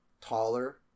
taller